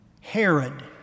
Herod